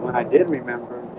i did remember